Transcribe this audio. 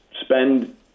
spend